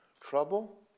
Trouble